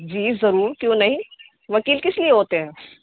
جی ضرور کیوں نہیں وکیل کس لیے ہوتے ہیں